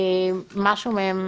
משהו מהן